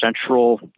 central